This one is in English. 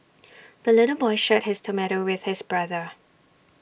the little boy shared his tomato with his brother